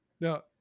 Now